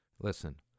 Listen